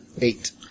Eight